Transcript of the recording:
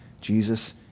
Jesus